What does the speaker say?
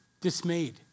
dismayed